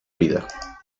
vida